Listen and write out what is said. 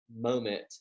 moment